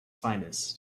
finest